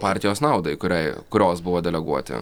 partijos naudai kuriai kurios buvo deleguoti